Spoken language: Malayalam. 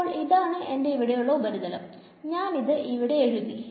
അപ്പോൾ ഇതാണ് എന്റെ ഇവിടെയുള്ള ഉപരിതലം നജ്ൻ ഇത് ഇവിടെ എഴുതി